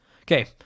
Okay